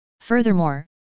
Furthermore